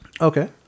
Okay